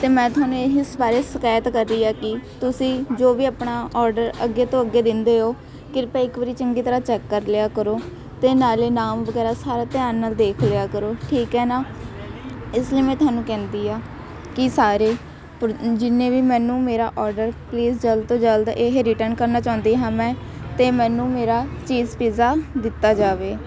ਅਤੇ ਮੈਂ ਤੁਹਾਨੂੰ ਇਹੀ ਇਸ ਬਾਰੇ ਸ਼ਿਕਾਇਤ ਕਰ ਰਹੀ ਹਾਂ ਕਿ ਤੁਸੀਂ ਜੋ ਵੀ ਆਪਣਾ ਔਡਰ ਅੱਗੇ ਤੋਂ ਅੱਗੇ ਦਿੰਦੇ ਹੋ ਕਿਰਪਾ ਇੱਕ ਵਾਰੀ ਚੰਗੀ ਤਰ੍ਹਾਂ ਚੈੱਕ ਕਰ ਲਿਆ ਕਰੋ ਅਤੇ ਨਾਲੇ ਨਾਮ ਵਗੈਰਾ ਸਾਰਾ ਧਿਆਨ ਨਾਲ ਦੇਖ ਲਿਆ ਕਰੋ ਠੀਕ ਹੈ ਨਾ ਇਸ ਲਈ ਮੈਂ ਤੁਹਾਨੂੰ ਕਹਿੰਦੀ ਹਾਂ ਕਿ ਸਾਰੇ ਜਿੰਨੇ ਵੀ ਮੈਨੂੰ ਮੇਰਾ ਔਡਰ ਪਲੀਜ਼ ਜਲਦ ਤੋਂ ਜਲਦ ਇਹ ਰਿਟਨ ਕਰਨਾ ਚਾਹੁੰਦੀ ਹਾਂ ਮੈਂ ਅਤੇ ਮੈਨੂੰ ਮੇਰਾ ਚੀਜ਼ ਪਿਜ਼ਾ ਦਿੱਤਾ ਜਾਵੇ